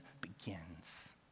begins